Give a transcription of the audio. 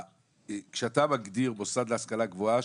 כשאתה מגדיר מוסד להשכלה גבוהה,